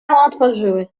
otworzyły